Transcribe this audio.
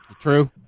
True